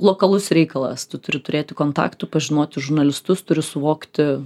lokalus reikalas tu turi turėti kontaktų pažinoti žurnalistus turi suvokti